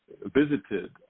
visited